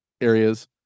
areas